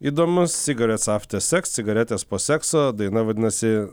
įdomus sigarets after seks cigaretės po sekso daina vadinasi